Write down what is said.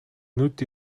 нүд